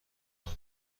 بانک